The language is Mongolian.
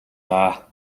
даа